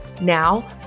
Now